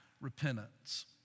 repentance